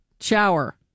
shower